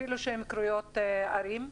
אפילו שהם קרויים ערים.